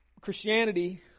christianity